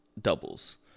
doubles